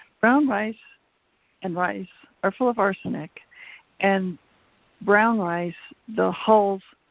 brown rice and rice are full of arsenic and brown rice, the hulls,